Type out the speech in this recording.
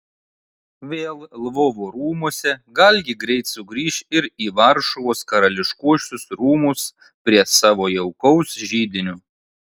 vėl lvovo rūmuose galgi greit sugrįš ir į varšuvos karališkuosius rūmus prie savo jaukaus židinio